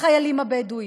החיילים הבדואים.